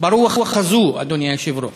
ברוח זו, אדוני היושב-ראש: